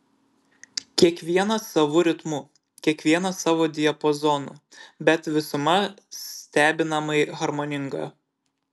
kiekvienas savu ritmu kiekvienas savo diapazonu bet visuma stebinamai harmoninga